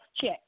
check